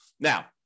Now